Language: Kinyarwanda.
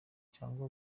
cyangwa